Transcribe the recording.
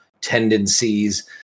tendencies